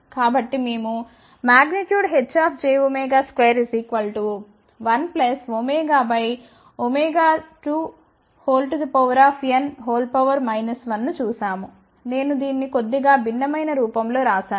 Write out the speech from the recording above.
కాబట్టి మేము H jω2 1సి 2ఎన్ 1 ను చూశాము నేను దీన్ని కొద్దిగా భిన్నమైన రూపంలో వ్రాశాను